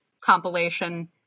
compilation